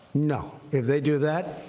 no, if they do that,